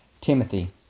Timothy